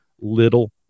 little